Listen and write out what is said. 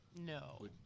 No